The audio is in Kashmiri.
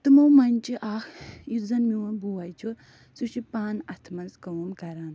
تِمَو منٛز چھِ اَکھ یُس زَن میٛون بوے چھُ سُہ چھُ پانہٕ اَتھٕ منٛز کٲم کران